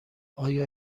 آیا